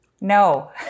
No